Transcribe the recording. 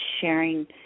sharing